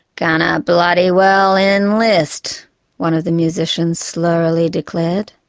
gunna bloody well and enlist one of the musicians slurrily declared,